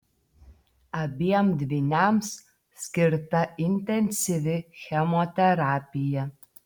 abiem dvyniams skirta intensyvi chemoterapija